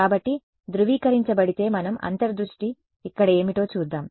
కాబట్టి ధృవీకరించబడితే మన అంతర్ దృష్టి ఇక్కడ ఏమిటో చూద్దాం